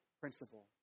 principle